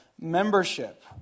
membership